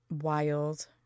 wild